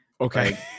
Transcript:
Okay